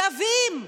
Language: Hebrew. שווים,